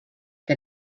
que